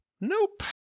Nope